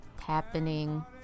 happening